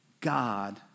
God